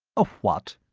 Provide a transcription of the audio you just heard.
a what?